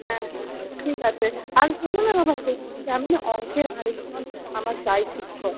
হ্যাঁ হ্যাঁ ঠিক আছে আর শোনো না বাবা বলছিলাম যে আমি না অঙ্কের আর একজন আমি চাই শিক্ষক